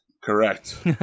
Correct